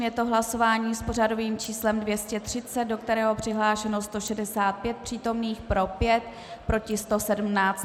Je to hlasování s pořadovým číslem 230, do kterého je přihlášeno 165 přítomných, pro 5, proti 117.